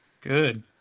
Good